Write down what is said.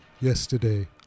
Yesterday